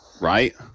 right